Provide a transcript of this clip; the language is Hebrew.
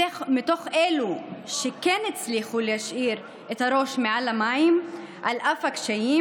מתוך אלו שכן הצליחו להשאיר את הראש מעל המים על אף הקשיים,